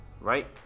right